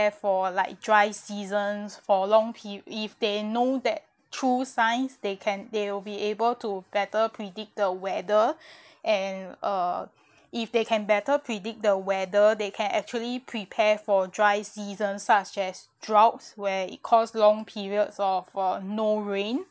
for like dry seasons for long peri~ if they know that through science they can they will be able to better predict the weather and uh if they can better predict the weather they can actually prepare for dry season such as droughts where it cause long periods of uh no rain